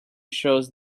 shows